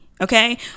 okay